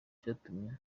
icyatumye